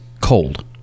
cold